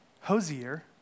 Hosier